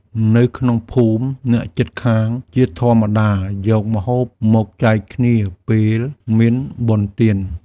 នៅក្នុងភូមិ អ្នកជិតខាងជាធម្មតាយកម្ហូបមកចែកគ្នាពេលមានបុណ្យទាន។